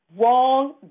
Wrong